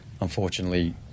Unfortunately